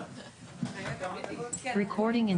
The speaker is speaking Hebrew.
ברכות מקרב